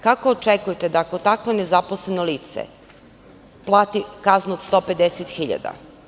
Kako očekujete da takvo nezaposleno lice plati kaznu od 150 hiljada?